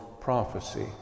prophecy